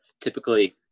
typically